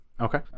Okay